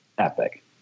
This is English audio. epic